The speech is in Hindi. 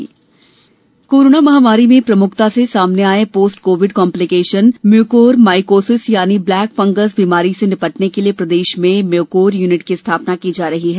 पहली म्यूकोर यूनिट कोरोना महामारी में प्रमुखता से सामने आये post covid complication mucor mycosis यानि ब्लेक फन्गस बीमारी से निपटने के लिए प्रदेश में म्यूकोर यूनिट की स्थापना की जा रही है